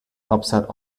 upset